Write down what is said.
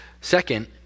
Second